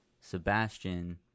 Sebastian